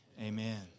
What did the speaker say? amen